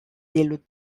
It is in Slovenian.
delu